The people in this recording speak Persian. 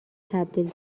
تبدیل